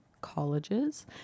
colleges